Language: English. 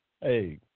Hey